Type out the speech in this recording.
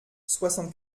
soixante